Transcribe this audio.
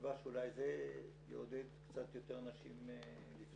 בתקווה שאולי זה יעודד קצת יותר נשים לתרום.